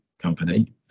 company